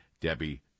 Debbie